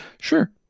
Sure